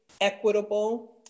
Equitable